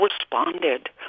responded